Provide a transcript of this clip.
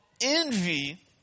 envy